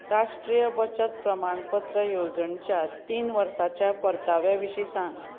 राष्ट्रीय बचत प्रमाणपत्र येवजणच्या तीन वर्साच्या परताव्या विशीं सांग